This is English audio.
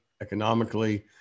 economically